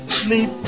sleep